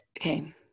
Okay